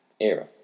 era